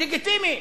לגיטימי.